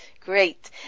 Great